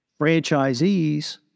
franchisees